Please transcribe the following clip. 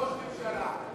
ראש ממשלה.